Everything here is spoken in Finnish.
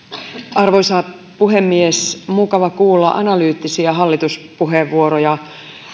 arvoisa puhemies mukava kuulla analyyttisia hallituspuheenvuoroja